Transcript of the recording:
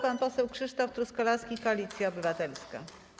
Pan poseł Krzysztof Truskolaski, Koalicja Obywatelska.